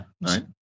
right